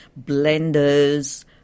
blenders